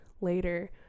later